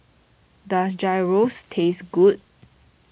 does Gyros taste good